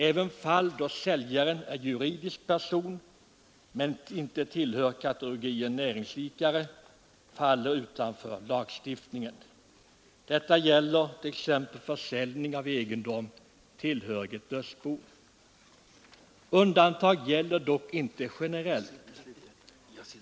Även fall då säljaren är juridisk person, men inte tillhör kategorin näringsidkare, undantas från lagstiftningen. Detta gäller t.ex. försäljning av egendom tillhörig ett dödsbo. Undantag gäller dock inte generellt.